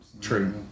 True